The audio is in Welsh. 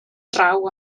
draw